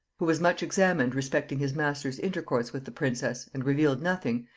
who was much examined respecting his master's intercourse with the princess, and revealed nothing,